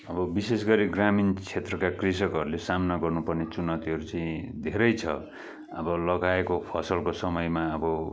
अब विशेष गरी ग्रामीण क्षेत्रका कृषकहरूले सामना गर्नुपर्ने चुनौतीहरू चाहिँ धेरै छ अब लगाएको फसलको समयमा अब